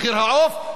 ובעוד כמה ימים,